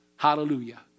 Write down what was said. Hallelujah